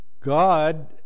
God